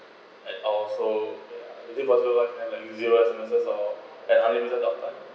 and also ya is it possible like zero S_M_S or add unlimited talk time